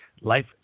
Life